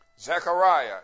Zechariah